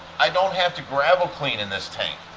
i don't have to gravel clean in this tank.